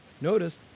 Notice